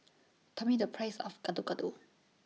Tell Me The Price of Gado Gado